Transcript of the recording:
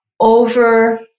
Over